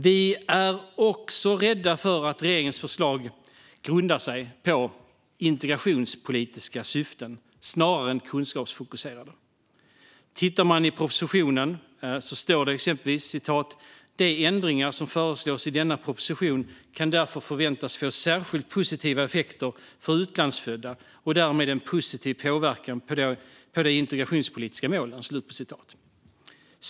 Vi är också rädda för att regeringens förslag grundar sig på integrationspolitiska syften snarare än kunskapsfokuserade. I propositionen står det exempelvis: "De ändringar som föreslås i denna proposition kan därför förväntas få särskilt positiva effekter för utlandsfödda och därmed en positiv påverkan på de integrationspolitiska målen."